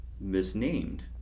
misnamed